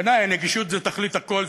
בעיני נגישות זה תכלית הכול,